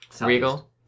Regal